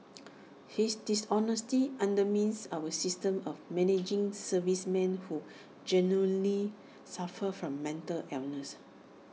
his dishonesty undermines our system of managing servicemen who genuinely suffer from mental illness